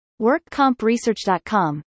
WorkCompResearch.com